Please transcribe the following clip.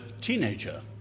teenager